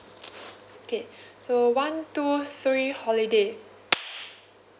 okay so one two three holiday